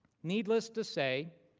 needless to say,